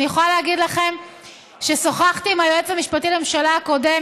אני יכולה להגיד לכם ששוחחתי עם היועץ המשפטי לממשלה הקודם,